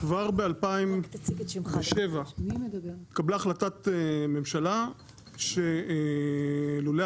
כבר ב-2007 התקבלה החלטת ממשלה שלולי